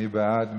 מי בעד?